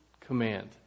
command